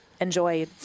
enjoy